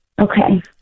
Okay